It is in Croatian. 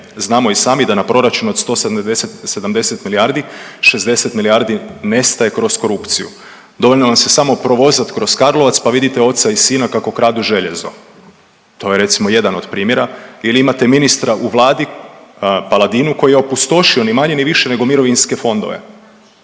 Znamo i sami da na proračun od 170 milijardi, 60 milijardi nestaje kroz korupciju. Dovoljno vam se samo provozati kroz Karlovac pa vidite oca i sina kako kradu željezo. To je recimo, jedan od primjera. Ili imate ministra u Vladi Paladinu koji je opustošio ni manje ni više nego mirovinske fondove.